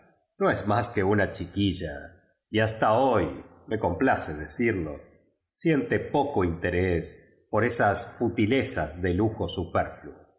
no es tnéfl que una chiquilla y hasta hoy me complace decirlo siente poco interés por esa futilezas de lujo superfino